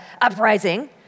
uprising